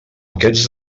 aquests